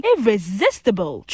Irresistible